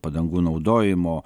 padangų naudojimo